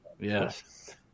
Yes